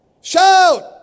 shout